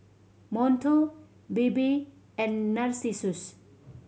Monto Bebe and Narcissus